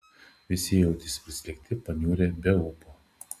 visi jautėsi prislėgti paniurę be ūpo